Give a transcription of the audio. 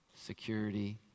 security